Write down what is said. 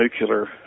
nuclear